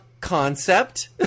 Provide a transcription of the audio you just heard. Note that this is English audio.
concept